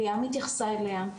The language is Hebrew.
וליאם התייחסה אליה,